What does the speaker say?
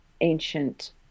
ancient